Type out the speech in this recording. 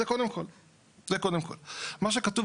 זו השאיפה.